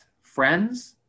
friends